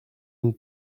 une